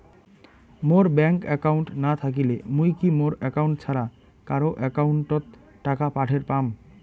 মোর bank account না থাকিলে মুই কি মোর একাউন্ট ছাড়া কারো একাউন্ট অত টাকা পাঠের পাম?